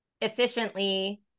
efficiently